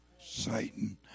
Satan